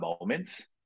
moments